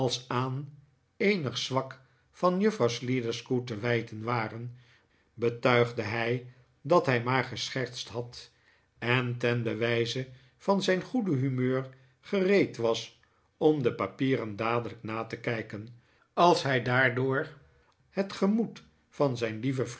eenig zwak van juffrouw sliderskew te wijten waren betuigde hij dat hij maar geschertst had en ten bewijze van zijn goede humeur gereed was om de papieren dadelijk na te kijken als hij daardoor het gemoed van zijn